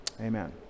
amen